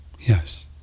yes